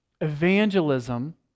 evangelism